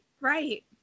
right